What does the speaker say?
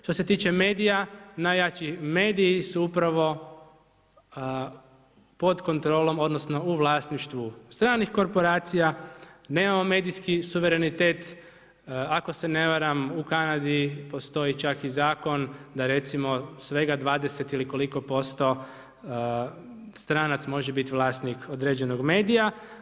Što se tiče medija, najjači mediji su upravo pod kontorlom, odnosno, u vlasništvu stranih korporacija, nemamo medijski suvremenitet, ako se ne varam, u Kanadi postoji čak i zakon, da recimo svega 20 ili koliko posto stranac može biti vlasnik određenog medija.